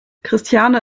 christiane